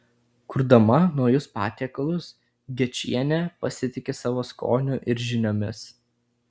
kurdama naujus patiekalus gečienė pasitiki savo skoniu ir žiniomis